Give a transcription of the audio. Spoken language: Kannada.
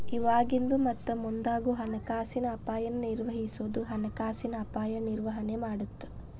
ಇವಾಗಿಂದು ಮತ್ತ ಮುಂದಾಗೋ ಹಣಕಾಸಿನ ಅಪಾಯನ ನಿರ್ವಹಿಸೋದು ಹಣಕಾಸಿನ ಅಪಾಯ ನಿರ್ವಹಣೆ ಮಾಡತ್ತ